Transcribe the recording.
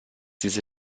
diese